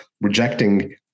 rejecting